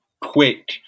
quick